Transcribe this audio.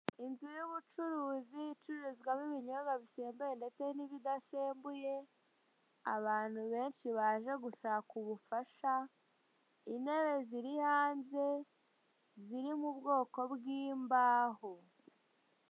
Inzu y'ubucuruzi icururizwamo ibinyobwa bisembuye ndetse n'ibidasembuye, abantu benshi baje gushaka ubufasha, intebe ziri hanze ziri mu bwoko bw'imbaho.